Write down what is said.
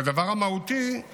והדבר המהותי הוא